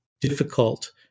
difficult